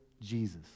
Jesus